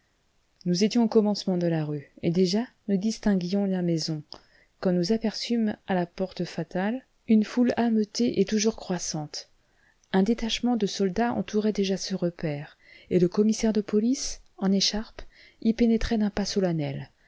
nous étions au commencement de la rue et déjà nous distinguions la maison quand nous aperçûmes à la porte fatale une foule ameutée et toujours croissante un détachement de soldats entourait déjà ce repaire et le commissaire de police en écharpe y pénétrait d'un pas solennel